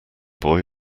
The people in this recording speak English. boy